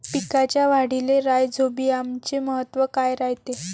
पिकाच्या वाढीले राईझोबीआमचे महत्व काय रायते?